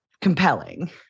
compelling